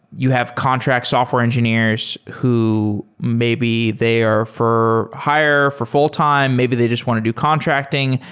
you have contract software engineers who maybe they are for hire for full-time. maybe they just want to do contracting.